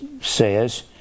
says